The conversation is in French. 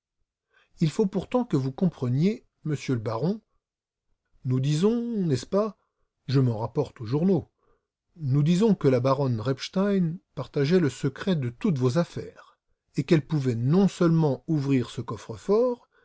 il faut pourtant que vous compreniez monsieur le baron nous disons n'est-ce pas je m'en rapporte aux journaux nous disons que la baronne repstein partageait le secret de toutes vos affaires et qu'elle pouvait non seulement ouvrir ce